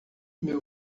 meu